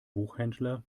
buchhändler